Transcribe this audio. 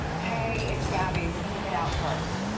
hey, it's gabi. we're gonna get out first.